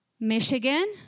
Michigan